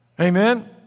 Amen